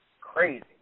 crazy